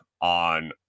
on